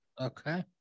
okay